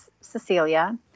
Cecilia